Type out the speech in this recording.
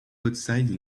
outside